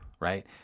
Right